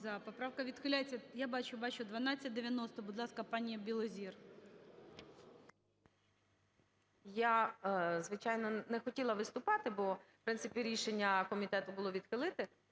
Я, звичайно, не хотіла виступати, бо в принципі рішення комітету було відхилити.